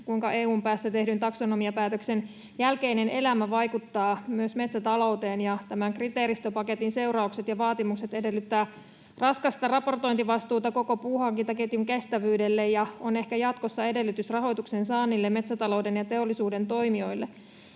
kuinka EU:n päässä tehdyn taksonomiapäätöksen jälkeinen elämä vaikuttaa myös metsätalouteen, ja tämän kriteeristöpaketin seuraukset ja vaatimukset edellyttävät raskasta raportointivastuuta koko puunhankintaketjun kestävyydelle ja ovat ehkä jatkossa edellytys rahoituksen saannille metsätalouden ja teollisuuden toimijoille.